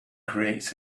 creates